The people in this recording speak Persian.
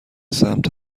سمت